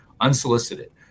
unsolicited